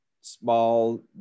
small